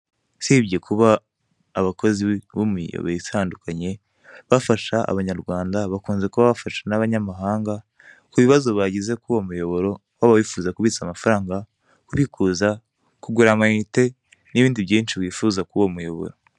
Usibye kuba abakozi bo mu miyoboro itandukanye bafasha, ananyarwanda, bakunze kuba bafasha n'abanyamahanga, ku bibazo bagize kuri uwo muyoboro waba wifuza kubitsa amafaranga, kubikuza, kugura amayinite n'ibindi byinshi wfuza kuri uwo muyoboro.